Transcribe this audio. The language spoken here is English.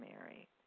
Mary